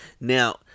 Now